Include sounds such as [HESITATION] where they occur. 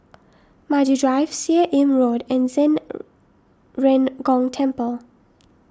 Maju Drive Seah Im Road and Zhen [HESITATION] Ren Gong Temple